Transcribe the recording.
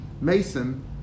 mason